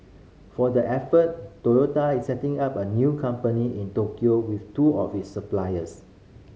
for the effort Toyota is setting up a new company in Tokyo with two of its suppliers